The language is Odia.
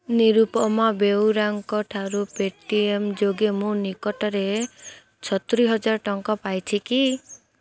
ନିରୁପମା ବେଉରାଙ୍କଠାରୁ ପେଟିଏମ୍ ଯୋଗେ ମୁଁ ନିକଟରେ ସତୁରିହଜାର ଟଙ୍କା ପାଇଛି କି